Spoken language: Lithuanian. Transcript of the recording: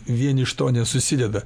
vien iš to nesusideda